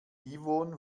yvonne